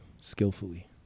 skillfully